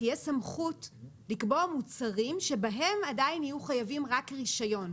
תהיה סמכות לקבוע מוצרים שבהם עדיין יהיו חייבים רק רישיון.